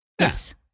Yes